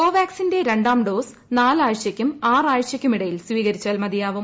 കോവാക്സിന്റെ രണ്ടാം ഡോസ് നാലാഴ്ചയ്ക്കും ആറാഴ്ചയ്ക്കുമിടയിൽ സ്വീകരിച്ചാൽ മതിയാവും